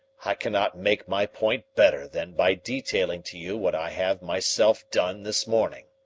i cannot make my point better than by detailing to you what i have myself done this morning.